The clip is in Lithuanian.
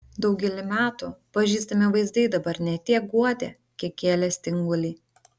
daugelį metų pažįstami vaizdai dabar ne tiek guodė kiek kėlė stingulį